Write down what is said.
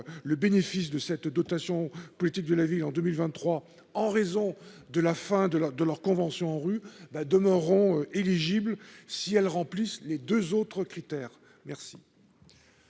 le bénéfice de cette dotation politique de la ville en 2023 en raison de la fin de leur de leur convention rue demeureront éligible, si elles remplissent les 2 autres critères merci.